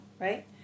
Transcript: right